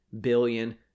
billion